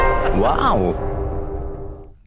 Wow